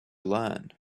learn